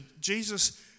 Jesus